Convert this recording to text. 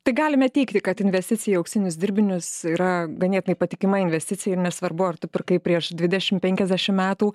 tai galime teigti kad investicija į auksinius dirbinius yra ganėtinai patikima investicija ir nesvarbu ar tu pirkai prieš dvidešim penkiasdešim metų